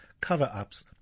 cover-ups